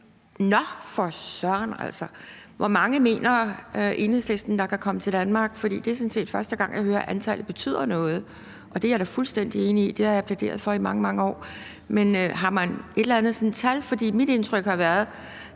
Nå, for søren. Hvor mange mener Enhedslisten der kan komme til Danmark? For det er sådan set første gang, jeg hører, at antallet betyder noget, og det er jeg da fuldstændig enig i; det har jeg plæderet for i mange, mange år. Men har man sådan et eller andet tal? For mit indtryk har været,